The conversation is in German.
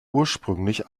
ursprünglich